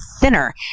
thinner